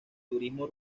turismo